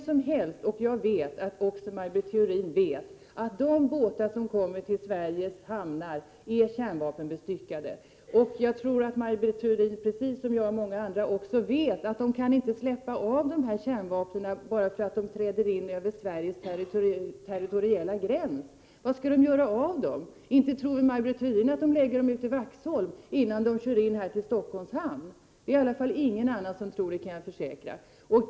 Alla känner till — och jag vet att även Maj Britt Theorin gör det — att vissa fartyg som kommer till Sveriges hamnar är kärnvapenbestyckade. Jag tror att Maj Britt Theorin precis som jag och många andra också vet att fartygen inte kan släppa av kärnvapnen bara därför att de träder in över Sveriges territoriella gräns. Var skall de göra av dem? Inte tror väl Maj Britt Theorin att de släpper av kärnvapnen ute i Vaxholm innan fartygen går in till Stockholms hamn? Jag kan försäkra att ingen annan tror det.